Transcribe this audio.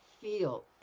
Feel